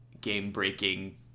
game-breaking